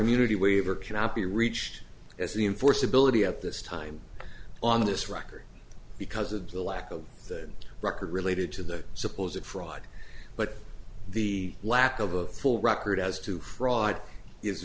immunity waiver cannot be reached as the enforceability at this time on this record because of the lack of the record related to the supposed fraud but the lack of a full record as to fraud is